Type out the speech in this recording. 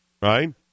right